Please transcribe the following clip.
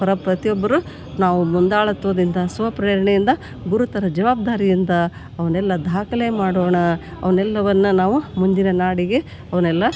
ಪರ ಪ್ರತಿಯೊಬ್ಬರು ನಾವು ಮುಂದಾಳತ್ವದಿಂದ ಸ್ವಪ್ರೇರಣೆಯಿಂದ ಗುರುತರ ಜವಾಬ್ದಾರಿಯಿಂದ ಅವನ್ನೆಲ್ಲ ದಾಖಲೆ ಮಾಡೋಣ ಅವ್ನೆಲ್ಲವನ್ನು ನಾವು ಮುಂದಿನ ನಾಡಿಗೆ ಅವನ್ನೆಲ್ಲ